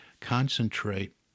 concentrate